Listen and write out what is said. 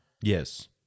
Yes